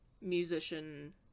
musician